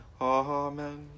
Amen